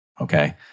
Okay